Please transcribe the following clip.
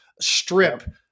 strip